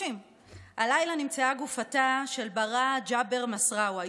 30. הלילה נמצאו גופותיהם של בראאה ג'באר מסארווה,